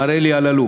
מר אלי אלאלוף,